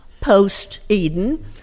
post-Eden